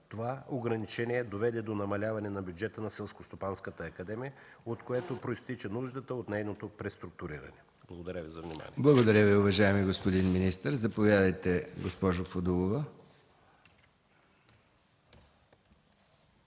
Това ограничение доведе до намаляване бюджета на Селскостопанската академия, от което произтича нуждата от нейното преструктуриране. Благодаря Ви за вниманието. ПРЕДСЕДАТЕЛ МИХАИЛ МИКОВ: Благодаря Ви, уважаеми господин министър. Заповядайте, госпожо Фудулова.